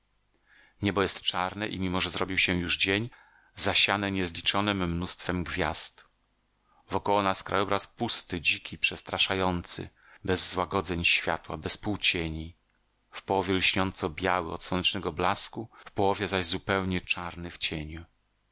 czarna niebo jest czarne i mimo że zrobił się już dzień zasiane niezliczonem mnóstwem gwiazd wokoło nas krajobraz pusty dziki przestraszający bez złagodzeń światła bez półcieni w połowie lśniąco biały od słonecznego blasku w połowie zaś zupełnie czarny w cieniu